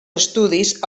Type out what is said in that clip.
estudis